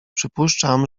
przypuszczam